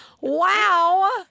Wow